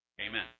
Amen